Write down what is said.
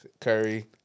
Curry